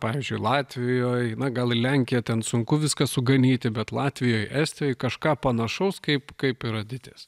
pavyzdžiui latvijoj na gal į lenkiją ten sunku viską suganyti bet latvijoj estijoj kažką panašaus kaip kaip yra ditės